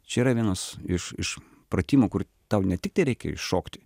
čia yra vienas iš iš pratimų kur tau ne tiktai reikia iššokti